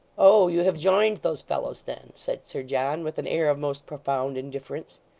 oh! you have joined those fellows then said sir john, with an air of most profound indifference.